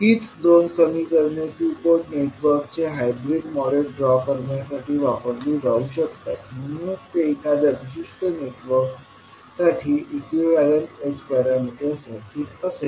हीच दोन समीकरणे टू पोर्ट नेटवर्कचे हायब्रीड मॉडेल ड्रॉ करण्यासाठी वापरली जाऊ शकतात म्हणूनच हे एखाद्या विशिष्ट नेटवर्कसाठी इक्विवलेंत h पॅरामीटर सर्किट असेल